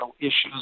issues